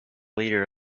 leader